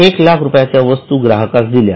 १००००० रुपयांच्या वस्तू ग्राहकास दिल्या